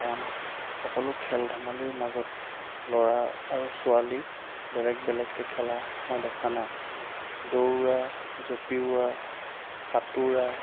কাৰণ সকলো খেল ধেমালিৰ মাজত ল'ৰা আৰু ছোৱালীয়ে বেলেগ বেলেগকৈ খেলা মই দেখা নাই দৌৰা জপিওৱা সাঁতোৰা